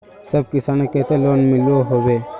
सब किसानेर केते लोन मिलोहो होबे?